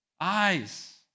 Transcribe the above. eyes